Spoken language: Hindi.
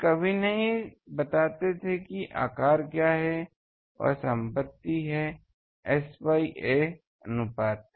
वे कभी नहीं बताते थे कि आकार क्या है वह संपत्ति है S बाय "a‟ अनुपात